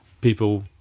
People